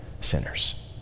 sinners